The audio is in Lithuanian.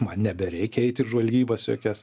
man nebereikia eit į žvalgybas jokias